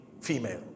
female